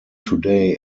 today